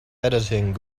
editing